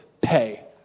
pay